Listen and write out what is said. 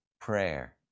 prayer